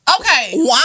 okay